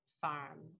farm